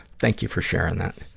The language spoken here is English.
thank you for sharing that.